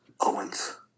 Owens